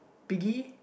piggy